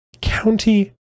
county